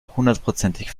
hundertprozentig